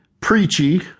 preachy